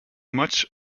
much